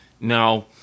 Now